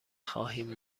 خواهیم